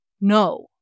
No